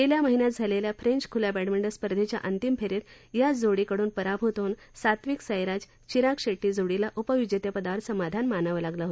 गेल्या महिन्यात झालेल्या फ्रेंच ख्ल्या बॅडमिंटन स्पर्धेच्या अंतिम फेरीत याच जोडीकडून पराभूत होऊन सात्विक साईराज चिराग शेट्टी जोडीला उपविजेतेपदावर समाधान मानावं लागलं होतं